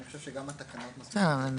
בסדר,